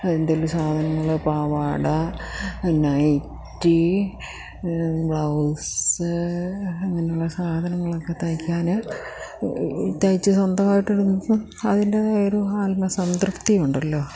എന്തെങ്കിലും സാധനങ്ങൾ പാവാട നൈറ്റി ബ്ലൗസ് അങ്ങനെയുള്ള സാധനങ്ങളൊക്കെ തയ്ക്കാൻ തയ്ച്ച് സ്വന്തമായിട്ടിടുമ്പോൾ അതിൻ്റേതായൊരു ആത്മസംതൃപ്തിയുണ്ടല്ലോ